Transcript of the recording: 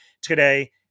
today